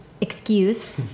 excuse